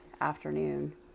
afternoon